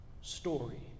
story